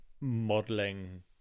modeling